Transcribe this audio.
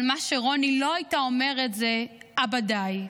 אבל מה שרוני לא הייתה אומרת זה: אבא, די.